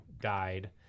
died